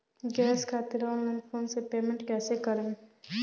Gas खातिर online phone से payment कैसे करेम?